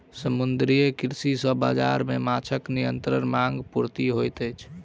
समुद्रीय कृषि सॅ बाजार मे माँछक निरंतर मांग पूर्ति होइत अछि